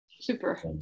Super